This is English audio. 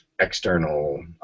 external